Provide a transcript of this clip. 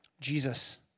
Jesus